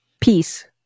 Peace